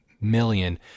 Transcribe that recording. million